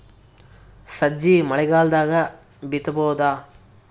ಸಜ್ಜಿ ಮಳಿಗಾಲ್ ದಾಗ್ ಬಿತಬೋದ?